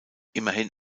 immerhin